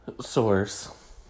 source